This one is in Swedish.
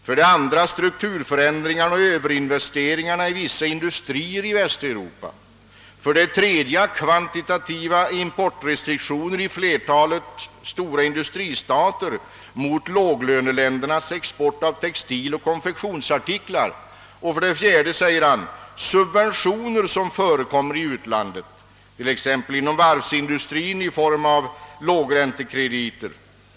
Som punkt nummer två talade han bl.a. om Ööverinvestering i vissa industrier i Västeuropa. Den tredje punkten angav han vara kvantitativa importrestriktioner av de stora industristaterna gentemot låglöneländernas export av textiloch konfektionsartiklar. Som en fjärde orsak betraktade han de subventioner som förekommer i utlandet, t.ex. inom varvsinidustrien, i form av lågräntekrediter.